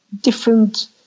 different